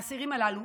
האסירים הללו,